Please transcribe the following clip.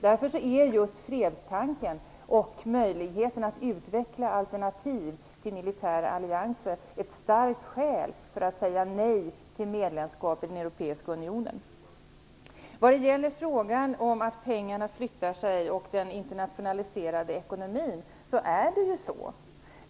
Därför är fredstanken och möjligheten att utveckla alternativ till militära allianser ett starkt skäl att säga nej till medlemskap i den europeiska unionen. Det Karl Erik Olsson säger om att pengarna flyttar sig och om den internationaliserade ekonomin är riktigt.